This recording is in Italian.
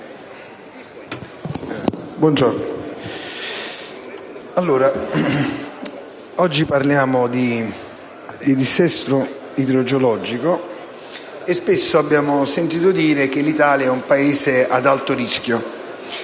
Presidente, oggi parliamo di dissesto idrogeologico e spesso abbiamo sentito dire che l'Italia è un Paese ad alto rischio;